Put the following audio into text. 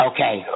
Okay